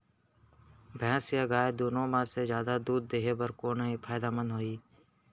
भैंस या गाय दुनो म से जादा दूध देहे बर कोन ह फायदामंद होही?